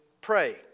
pray